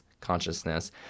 consciousness